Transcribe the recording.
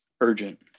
urgent